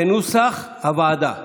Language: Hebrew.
כנוסח הוועדה,